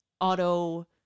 auto